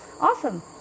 awesome